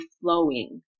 flowing